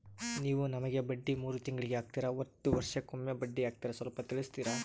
ನೀವು ನಮಗೆ ಬಡ್ಡಿ ಮೂರು ತಿಂಗಳಿಗೆ ಹಾಕ್ತಿರಾ, ಒಂದ್ ವರ್ಷಕ್ಕೆ ಒಮ್ಮೆ ಬಡ್ಡಿ ಹಾಕ್ತಿರಾ ಸ್ವಲ್ಪ ತಿಳಿಸ್ತೀರ?